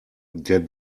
der